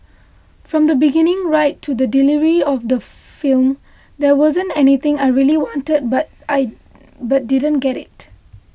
from the beginning right to the delivery of the film there wasn't anything I really wanted but I but didn't get it